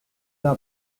l’a